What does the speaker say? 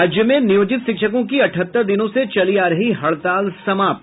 राज्य में नियोजित शिक्षकों की अठहत्तर दिनों से चली आ रही हड़ताल समाप्त